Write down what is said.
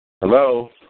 Hello